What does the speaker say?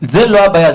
זאת לא הבעיה,